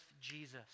Jesus